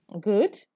Good